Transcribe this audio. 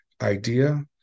idea